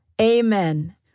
Amen